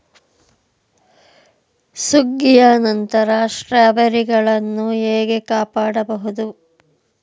ಸುಗ್ಗಿಯ ನಂತರ ಸ್ಟ್ರಾಬೆರಿಗಳನ್ನು ಹೇಗೆ ಕಾಪಾಡ ಬಹುದು?